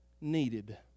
needed